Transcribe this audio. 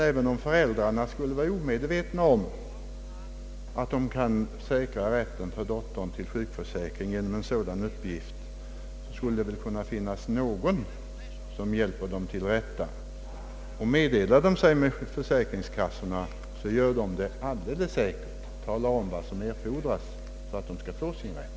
Även om «föräldrarna skulle vara omedvetna om att de kan säkra rätten till sjukförsäkring för dottern genom att lämna inkomstuppgift, finns det väl alltid någon som kan hjälpa dem till rätta. Meddelar de sig med försäkringskassan talar den alldeles säkert om vad som erfordras för att de skall få sin rätt.